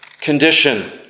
condition